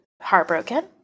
heartbroken